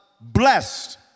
blessed